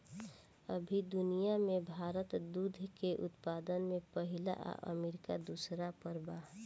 अभी दुनिया में भारत दूध के उत्पादन में पहिला आ अमरीका दूसर पर बा